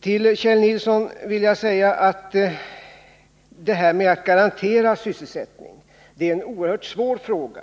Till Kjell Nilsson vill jag säga att detta med att garantera sysselsättning är en oerhört svår fråga.